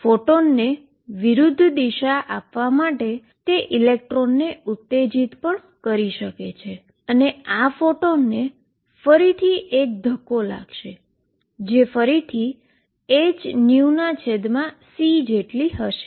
ફોટોનને વિરુધ્ધ દિશા આપવા માટે તે ઇલેક્ટ્રોનને સ્ટીમ્યુલેટ પણ કરી શકે છે અને આ ફોટોનને ફરીથી એક ધક્કો લાગશે જે ફરીથી hνc જેટલી હશે